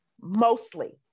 mostly